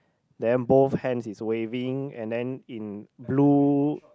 then both hands is waving and then in blue